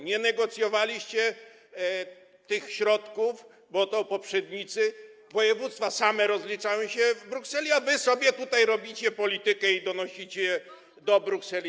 Nie negocjowaliście tych środków, bo to poprzednicy, województwa same rozliczały się w Brukseli, a wy sobie tutaj robicie politykę i donosicie do Brukseli.